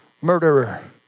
murderer